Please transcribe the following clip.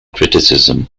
criticism